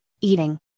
eating